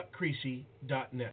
chuckcreasy.net